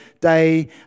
day